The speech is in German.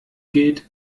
gilt